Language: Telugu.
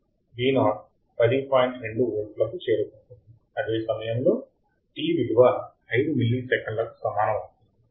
2 వోల్ట్లకు చేరుకుంటుంది అదే సమయంలో t విలువ 5 మిల్లీసెకన్లకు సమానం అవుతుంది